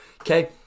Okay